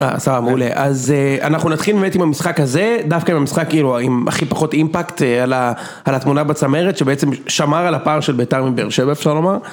אה סבבה מעולה, אז אנחנו נתחיל באמת עם המשחק הזה, דווקא עם המשחק כאילו עם הכי פחות אימפקט על התמונה בצמרת שבעצם שמר על הפער של ביתר מבאר שבע, אפשר לומר